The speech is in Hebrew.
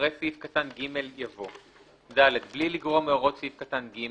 אחרי סעיף קטן (ג) יבוא: "(ד)בלי לגרוע מהוראות סעיף קטן (ג),